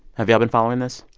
have y'all been following this?